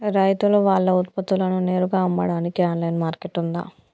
రైతులు వాళ్ల ఉత్పత్తులను నేరుగా అమ్మడానికి ఆన్లైన్ మార్కెట్ ఉందా?